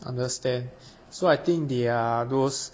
understand so I think they are those